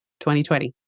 2020